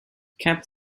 cap